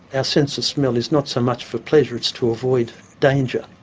a sense of smell is not so much for pleasure, it's to avoid danger.